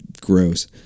gross